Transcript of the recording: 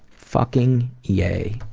fucking yay!